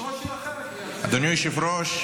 יש ראש עיר אחרת --- אדוני היושב-ראש,